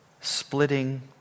splitting